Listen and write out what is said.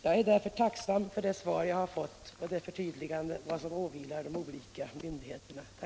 Jag är därför tacksam för det svar jag fått med förtydligande i fråga om vad som åvilar de olika myndigheterna.